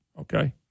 okay